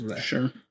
Sure